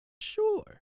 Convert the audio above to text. Sure